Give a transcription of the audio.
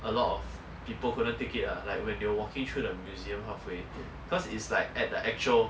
a